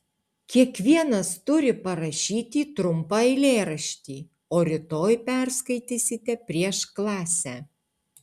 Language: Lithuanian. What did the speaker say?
kiekvienas turi parašyti trumpą eilėraštį o rytoj perskaitysite prieš klasę